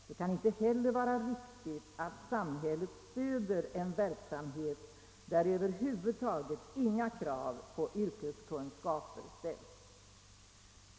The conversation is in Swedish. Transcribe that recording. Det kan knappast hel ler vara riktigt att samhället stöder en verksamhet, där krav på yrkeskunskaper över huvud taget inte ställs.